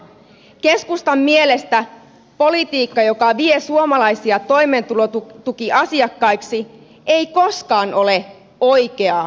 keskustan mielestä politiikka joka vie suomalaisia toimeentulotukiasiakkaiksi ei koskaan ole oikeaa politiikkaa